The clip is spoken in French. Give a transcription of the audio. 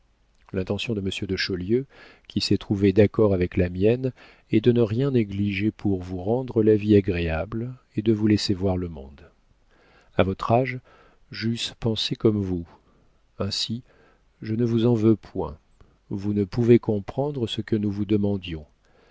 l'intention de monsieur de chaulieu qui s'est trouvée d'accord avec la mienne est de ne rien négliger pour vous rendre la vie agréable et de vous laisser voir le monde a votre âge j'eusse pensé comme vous ainsi je ne vous en veux point vous ne pouvez comprendre ce que nous vous demandions